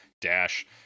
Dash